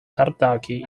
tartaki